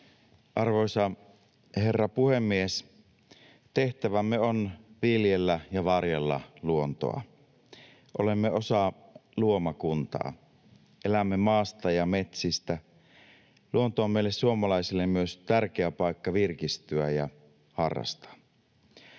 Arvoisa herra puhemies! Tehtävämme on viljellä ja varjella luontoa, olemme osa luomakuntaa. Elämme maasta ja metsistä. Luonto on meille suomalaisille myös tärkeä paikka virkistyä ja harrastaa.